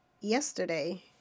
yesterday